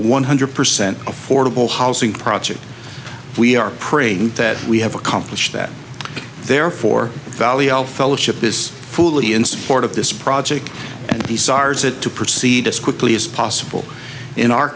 one hundred percent affordable housing project we are praying that we have accomplished that therefore valley all fellowship is fully in support of this project and the stars it to proceed as quickly as possible in our